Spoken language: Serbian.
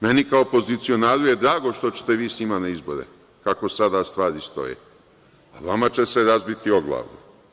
Meni kao pozicionaru je drago što ćete vi sa njima na izbore, kako sada stvari stoje, a vama će se obiti o glavu.